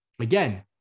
again